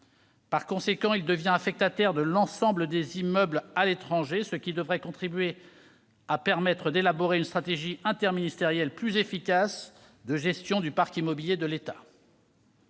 Par conséquent, il devient affectataire de l'ensemble des immeubles possédés par l'État à l'étranger, ce qui devrait contribuer à l'élaboration d'une stratégie interministérielle plus efficace de gestion du parc immobilier de l'État.